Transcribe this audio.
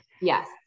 Yes